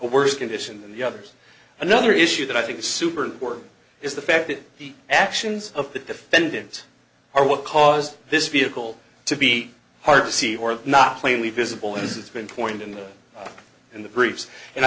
worse condition than the others another issue that i think is super important is the fact that actions of the defendant are what caused this vehicle to be hard to see or not plainly visible as it's been pointed in the in the briefs and i